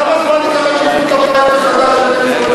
מבדיקה עולה כי ייתכן שלא היה לפני שר הביטחון כל